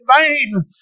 vain